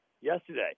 yesterday